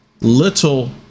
little